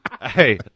Hey